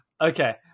Okay